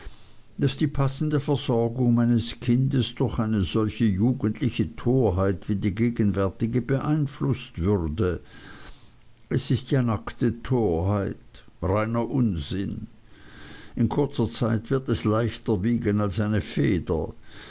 daß die passende versorgung meines kindes durch eine solche jugendliche torheit wie die gegenwärtige beeinflußt würde es ist nackte torheit reiner unsinn in kurzer zeit wird es leichter wiegen als eine feder